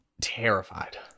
terrified